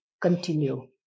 continue